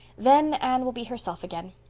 then anne will be herself again.